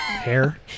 Hair